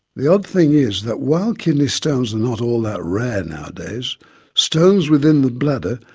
the odd thing is that while kidney stones are not all that rare nowadays stones within the bladder,